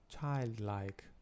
childlike